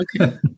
Okay